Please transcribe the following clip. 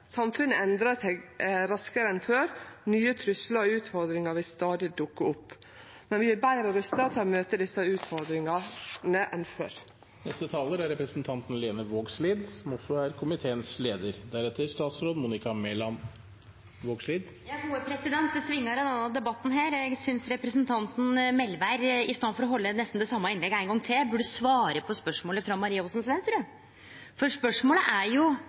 samfunnet endrar seg raskare enn før, nye truslar og utfordringar vil stadig dukke opp. Men vi er betre rusta til å møte desse utfordringane enn før. Det svingar av denne debatten. Eg synest representanten Melvær i staden for å halde nesten det same innlegget ein gong til, burde svare på spørsmålet frå Maria Aasen-Svensrud, for spørsmålet er jo: